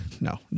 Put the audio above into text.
no